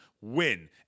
win